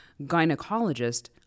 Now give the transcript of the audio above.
gynecologist